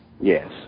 Yes